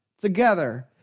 together